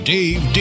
Dave